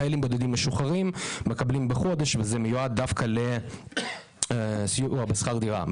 חיילים בודדים משוחררים מקבלים בחודש וזה מיועד דווקא לסיוע בשכר דירה.